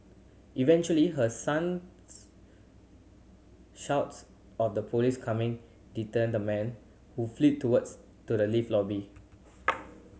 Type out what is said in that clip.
eventually her son's shouts of the police coming deterred the man who fled towards to the lift lobby